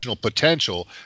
potential